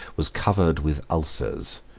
was covered with ulcers,